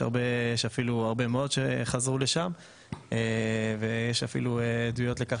יש הרבה מאוד שחזרו לשם ויש אפילו עדויות לכך